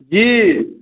जी